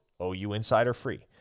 OUinsiderFree